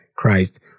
Christ